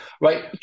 Right